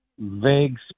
Vague